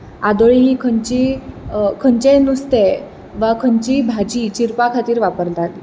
आदोळी ही खंयची खंयचें नुस्तें वा खंयचीय भाजी चिरपाक खातीर वापरतात